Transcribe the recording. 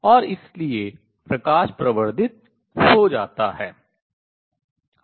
और इसलिए प्रकाश प्रवर्धित हो जाता है